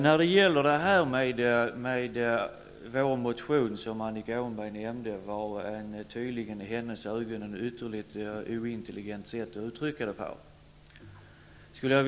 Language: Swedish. Vårt sätt att uttrycka oss i motionen är tydligen enligt Annika Åhnberg mycket ointelligent.